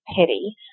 pity